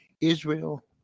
Israel